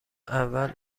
اول